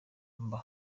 mba